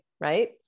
right